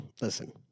listen